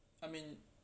I mean